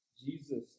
Jesus